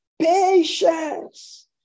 Patience